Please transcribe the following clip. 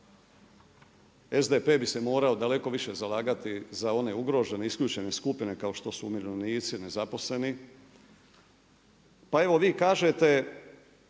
SDP bi se morao daleko više zalagati za one ugrožene, isključene skupine kao što su umirovljenici, nezaposleni. Pa evo vi kažete